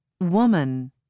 woman